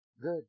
Good